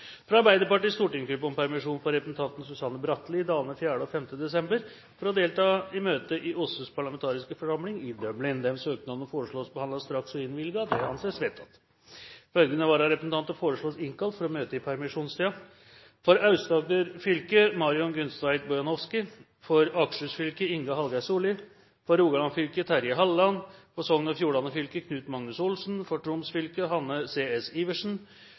fra Arbeiderpartiets stortingsgruppe om permisjon for representanten Susanne Bratli i dagene 4. og 5. desember for å delta i møte i OSSEs parlamentariske forsamling i Dublin. Etter forslag fra presidenten ble enstemmig besluttet: Søknadene behandles raskt og innvilges. Følgende vararepresentanter foreslås innkalt for å møte i permisjonstiden: For Aust-Agder fylke: Marion Gunstveit BojanowskiFor Akershus fylke: Inge Hallgeir SolliFor Rogaland fylke: Terje HallelandFor Sogn og Fjordane fylke: Knut Magnus OlsenFor Troms fylke: Hanne C. S.